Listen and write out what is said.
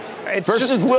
versus